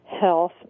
health